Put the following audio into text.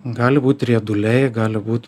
gali būt rieduliai gali būt